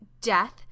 Death